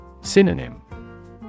Synonym